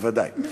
בוודאי.